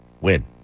win